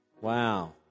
Wow